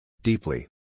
Deeply